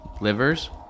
Livers